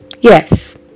Yes